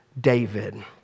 David